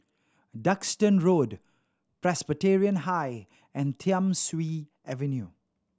Duxton Road Presbyterian High and Thiam Siew Avenue